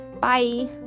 Bye